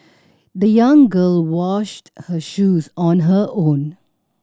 the young girl washed her shoes on her own